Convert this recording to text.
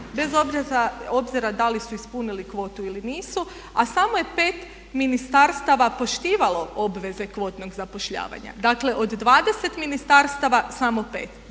bez obzira da li su ispunili kvotu ili nisu a samo je 5 ministarstava poštivalo obveze kvotnog zapošljavanja. Dakle, od 20 ministarstava samo 5,